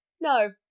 No